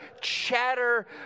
chatter